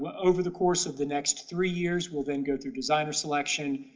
over the course of the next three years will then go through designer selection.